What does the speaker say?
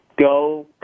go